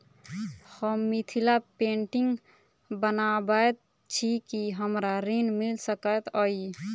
हम मिथिला पेंटिग बनाबैत छी की हमरा ऋण मिल सकैत अई?